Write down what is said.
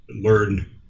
learn